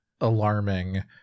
alarming